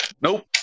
Nope